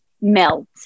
melt